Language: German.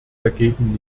dagegen